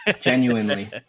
Genuinely